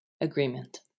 Agreement